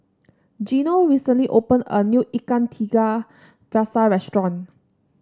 Gino recently opened a new Ikan Tiga Rasa restaurant